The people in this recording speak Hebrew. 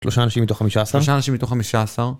שלושה אנשים מתוך חמישה עשר. שלושה אנשים מתוך חמישה עשר